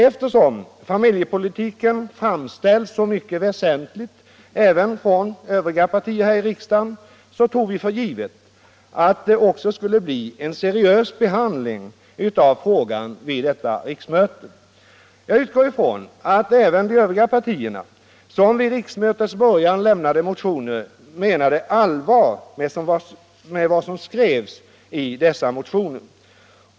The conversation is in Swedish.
Eftersom familjepolitiken framställts såsom mycket väsentlig även av övriga partier här i riksdagen, tog vi för givet att det också skulle bli en seriös behandling av frågan vid detta riksmöte. Jag utgår från att även de andra partier som vid riksmötets början lämnade motioner menade allvar med vad som skrevs i dessa motioner.